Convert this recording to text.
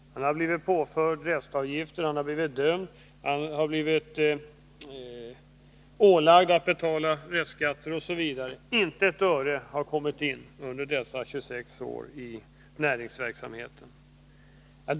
Han har blivit påförd restavgifter, han har blivit dömd, och han har blivit ålagd att betala restskatter, osv. Men inte ett öre har kommit in under dessa 26 år i näringsverksamheten.